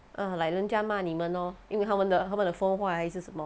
ah like 人家骂你们咯因为他们的他们的 phone 坏还是什么